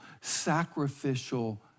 sacrificial